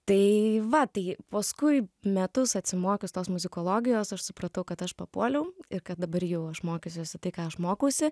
tai va tai paskui metus atsimokius tos muzikologijos aš supratau kad aš papuoliau ir kad dabar jau aš mokysiuosi tai ką aš mokausi